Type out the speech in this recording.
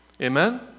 Amen